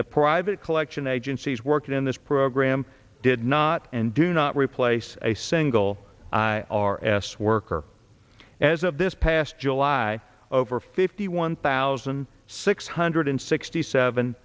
the private collection agencies working in this program did not and do not replace a single i r s worker as of this past july over fifty one thousand six hundred sixty seven